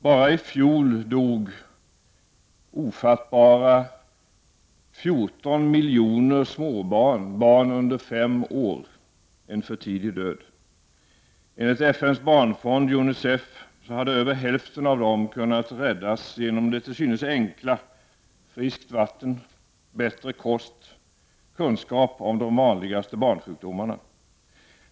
Bara i fjol dog nästan ofattbara 14 miljoner småbarn — barn under fem år — en för tidig död. Enligt FN:s barnfond, UNICEF, hade över hälften av dem kunnat räddas genom det till synes enkla — friskt vatten, bättre kost, kunskap om de vanligaste barnsjukdomarna.